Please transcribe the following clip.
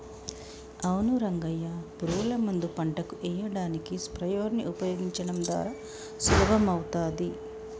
అవును రంగయ్య పురుగుల మందు పంటకు ఎయ్యడానికి స్ప్రయెర్స్ నీ ఉపయోగించడం ద్వారా సులభమవుతాది